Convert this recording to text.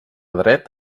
dret